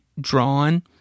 drawn